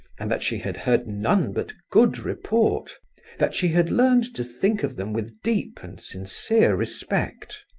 and that she had heard none but good report that she had learned to think of them with deep and sincere respect.